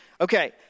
Okay